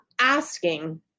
asking